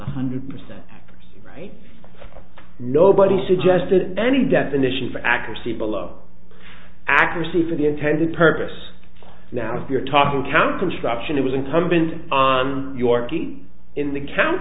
one hundred percent right nobody suggested any definition for accuracy below accuracy for the intended purpose now if you're talking count construction it was incumbent on your feet in the count